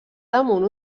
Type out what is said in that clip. damunt